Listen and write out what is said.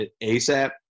ASAP